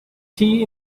tea